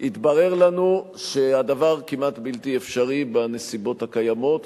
התברר לנו שהדבר כמעט בלתי אפשרי בנסיבות הקיימות,